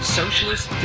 socialist